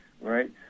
right